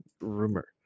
Rumor